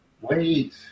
Wait